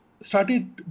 started